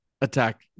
attack